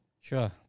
Sure